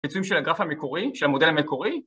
פיצויים של הגרף המקורי, של המודל המקורי